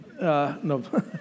No